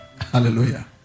Hallelujah